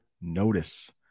notice